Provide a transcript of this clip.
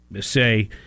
say